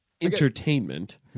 entertainment